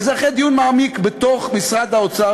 וזה אחרי דיון מעמיק בתוך משרד האוצר,